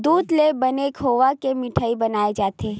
दूद ले बने खोवा के मिठई बनाए जाथे